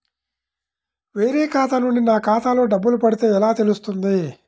వేరే ఖాతా నుండి నా ఖాతాలో డబ్బులు పడితే ఎలా తెలుస్తుంది?